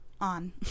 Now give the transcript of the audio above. on